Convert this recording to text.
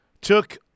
took